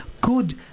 Good